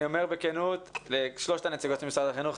אומר בכנות לשלושת הנציגות של משרד החינוך,